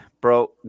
Bro